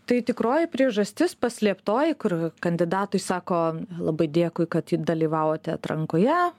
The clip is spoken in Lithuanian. tai tikroji priežastis paslėptoji kur kandidatui sako labai dėkui kad dalyvavote atrankoje